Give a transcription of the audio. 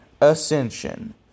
Ascension